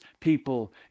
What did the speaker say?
People